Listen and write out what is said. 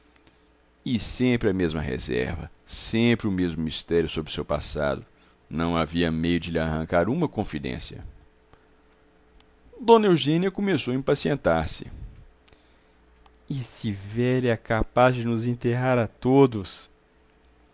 e sempre a mesma reserva sempre o mesmo mistério sobre o seu passado não havia meio de lhe arrancar uma confidência dona eugênia começou a impacientar-se este velho é capaz de nos enterrar a todos